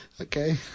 Okay